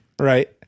Right